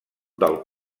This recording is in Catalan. del